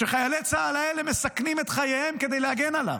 כשחיילי צה"ל האלה מסכנים את חייהם כדי להגן עליו.